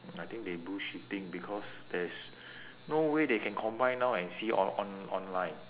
I think they bullshitting because there's no way they can combine now and see on~ on~ online